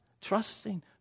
trusting